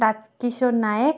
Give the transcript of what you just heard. Raj Kishore Nayak